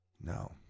No